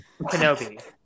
Kenobi